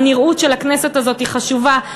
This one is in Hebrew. הנראות של הכנסת הזאת היא חשובה,